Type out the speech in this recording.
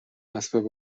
اسب